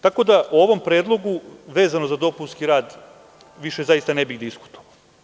Tako da u ovom predlogu, vezano za dopunski rad, više zaista ne bih diskutovao.